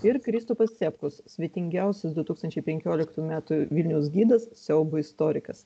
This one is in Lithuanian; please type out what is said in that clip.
ir kristupas cepkus svetingiausias du tūkstančiai penkioliktų metų vilniaus gidas siaubo istorikas